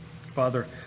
Father